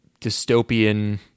dystopian